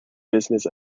business